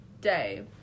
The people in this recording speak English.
day